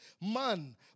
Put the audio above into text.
man